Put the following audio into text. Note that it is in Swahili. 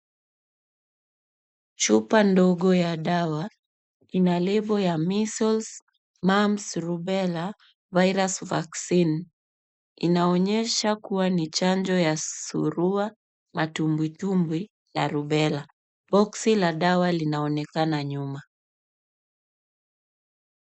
Chupa ndogo ya dawa, ina lebo ya measles, mumps, rubella virus vaccine , inaonyesha kuwa ni chanjo ya surua, matubwitubwi na rubela, boxi la dawa linaonekana nyuma.